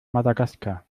madagaskar